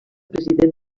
president